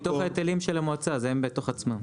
זה מתוך ההיטלים של המועצה, זה הם בתוך עצמם.